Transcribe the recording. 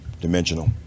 dimensional